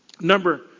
number